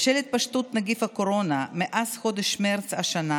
בשל התפשטות נגיף הקורונה מאז חודש מרץ השנה